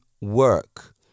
work